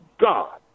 God